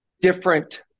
different